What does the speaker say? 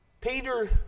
Peter